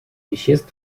веществ